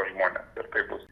pas žmones ir taip bus